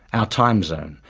our time zone,